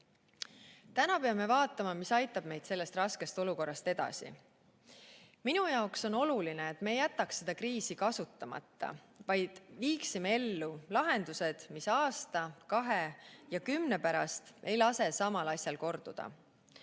Täna peame vaatama, mis aitab meid sellest raskest olukorrast edasi. Minu jaoks on oluline, et me ei jätaks seda kriisi kasutamata, vaid viiksime ellu lahendused, mis aasta, kahe ja kümne pärast ei lase samal asjal korduda.